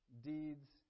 deeds